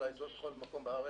בכל מקום בארץ,